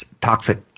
toxic